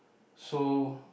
so